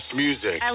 music